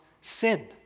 sin